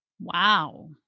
Wow